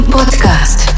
Podcast